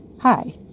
Hi